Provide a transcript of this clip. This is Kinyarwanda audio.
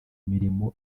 mirimo